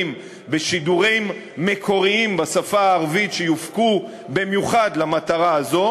בשידורים מקוריים בשפה הערבית שיופקו במיוחד למטרה זו,